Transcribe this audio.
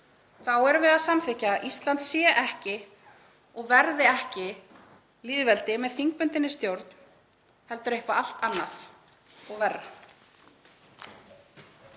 Þá erum við að samþykkja að Ísland sé ekki og verði ekki lýðveldi með þingbundinni stjórn heldur eitthvað allt annað og verra.